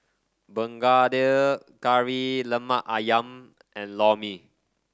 Begedil Kari Lemak ayam and Lor Mee